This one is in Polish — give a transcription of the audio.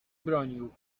bronił